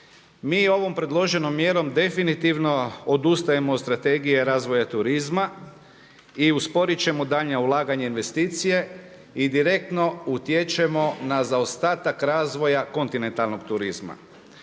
Mi ovom predloženom mjerom definitivno odustajemo od Strategije razvoja turizma i usporit ćemo daljnja ulaganja i investicije i direktno utječemo na zaostatak razvoja kontinentalnog turizma.